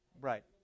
Right